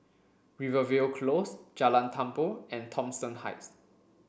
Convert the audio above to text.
Rivervale Close Jalan Tambur and Thomson Heights